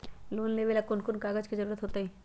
Loan लेवेला कौन कौन कागज के जरूरत होतई?